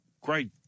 great